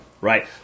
right